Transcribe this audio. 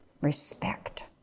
respect